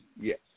yes